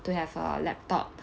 to have a laptop